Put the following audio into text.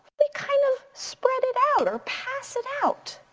we kind of spread it out or pass it out.